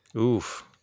Oof